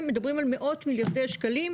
בסוף השיקולים הם שיקולי עלות-תועלת, נכון?